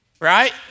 Right